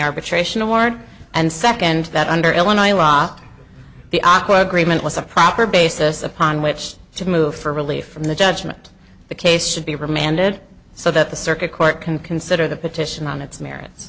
arbitration award and second that under illinois law the awkward agreement was a proper basis upon which to move for relief from the judgment the case should be remanded so that the circuit court can consider the petition on its merits